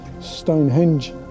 Stonehenge